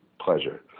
pleasure